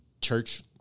church